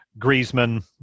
griezmann